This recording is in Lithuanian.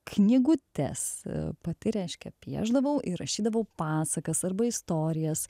knygutes pati reiškia piešdavau įrašydavau pasakas arba istorijas